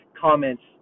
comments